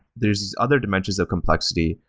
there are these other dimensions of complexity,